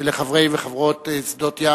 ולחברי וחברות שדות-ים,